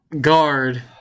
guard